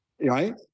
right